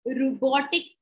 robotic